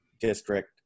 district